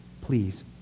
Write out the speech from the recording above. Please